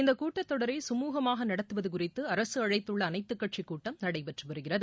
இந்தக் கூட்டத்தொடரை கமூகமாக நடத்துவது குறித்து அரசு அழைத்துள்ள அனைத்து கட்சிக்கூட்டம் நடைபெற்று வருகிறது